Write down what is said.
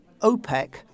OPEC